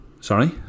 Sorry